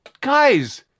guys